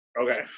Okay